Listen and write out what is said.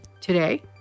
Today